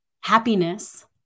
happiness